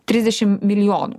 trisdešim milijonų